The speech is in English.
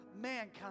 mankind